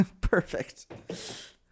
Perfect